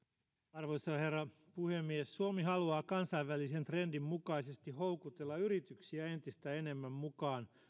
arvoisa herra puhemies suomi haluaa kansainvälisen trendin mukaisesti houkutella yrityksiä entistä enemmän mukaan